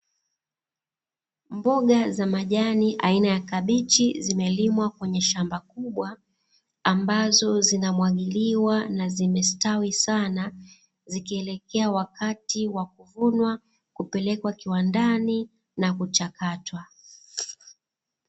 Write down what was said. Mboga za majani aina ya kabichi, zimelimwa kwenye shamba kubwa, ambazo zina zinamwagiliwa na zimestawi sana, zikielekea wakati wa kuvunwa, kupelekwa kiwandani na kuchakatwa.